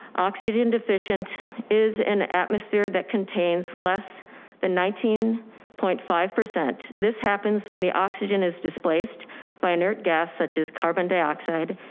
oxygen deficient is an atmosphere that contains less than nineteen point five. this happens when the oxygen is displaced by inert gas, such as carbon dioxide,